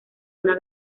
una